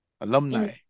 Alumni